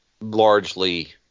largely